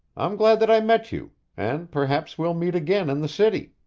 i'm glad that i met you and perhaps we'll meet again in the city.